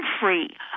free